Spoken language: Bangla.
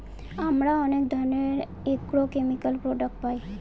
আমরা অনেক ধরনের এগ্রোকেমিকাল প্রডাক্ট পায়